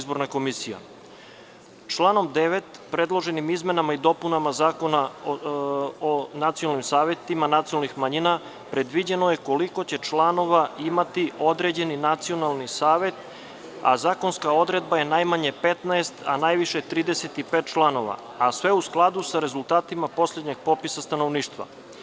Članom 9. predloženim izmenama i dopunama Zakona o nacionalnim savetima nacionalnih manjina predviđeno je koliko će članova imati određeni nacionalni savet, a zakonska odredba je najmanje 15, a najviše 35 članova, sve u skladu sa rezultatima poslednjeg popisa stanovništva.